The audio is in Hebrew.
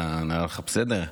אתה נראה לך בסדר?